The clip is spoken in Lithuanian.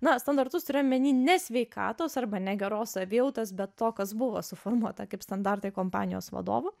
na standartus turi omeny ne sveikatos arba ne geros savijautos bet to kas buvo suformuota kaip standartai kompanijos vadovų